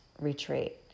retreat